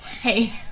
Hey